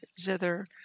zither